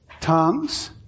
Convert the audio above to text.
tongues